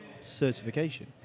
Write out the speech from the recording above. certification